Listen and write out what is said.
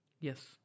Yes